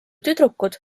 tüdrukud